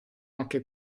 anche